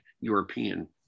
European